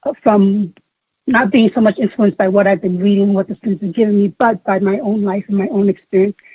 ah from not being so much influenced by what i've been reading, what the students have given me, but by my own life and my own experience,